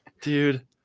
dude